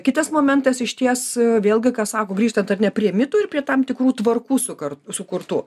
kitas momentas išties vėlgi ką sako grįžtant prie mitų ir prie tam tikrų tvarkų sukart sukurtų